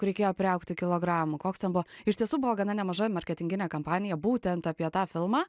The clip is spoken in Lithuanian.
kur reikėjo priaugti kilogramų koks ten buvo iš tiesų buvo gana nemaža marketinginė kampanija būtent apie tą filmą